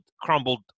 crumbled